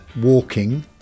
walking